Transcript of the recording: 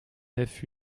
nef